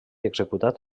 executat